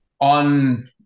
On